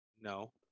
No